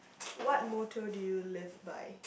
what motto do you live by